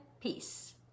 peace